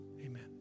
amen